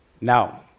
Now